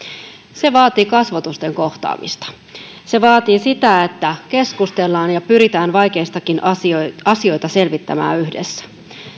se vaatii kasvotusten kohtaamista se vaatii sitä että keskustellaan ja pyritään vaikeitakin asioita selvittämään yhdessä